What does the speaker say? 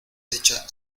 echa